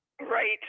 Right